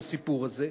בסיפור הזה?